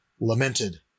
lamented